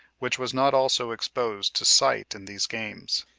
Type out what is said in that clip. which was not also exposed to sight in these games.